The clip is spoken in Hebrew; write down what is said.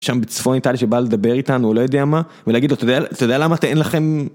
שם בצפון איטליה שבא לדבר איתנו, או לא יודע מה, ולהגיד לו, אתה יודע למה... אין לכם...